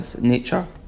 nature